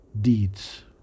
deeds